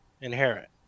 inherit